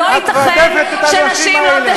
את רודפת את הנשים האלה,